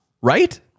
Right